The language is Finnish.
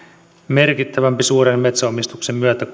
merkittävämpi suuren metsänomistuksen myötä